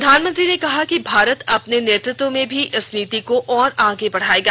प्रधानमंत्री ने कहा कि भारत अपने नेतृत्व में भी इस नीति को और आगे बढ़ाएगा